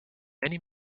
many